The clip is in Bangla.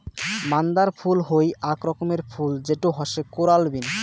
মান্দার ফুল হই আক রকমের ফুল যেটো হসে কোরাল বিন